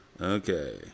Okay